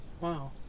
Wow